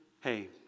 hey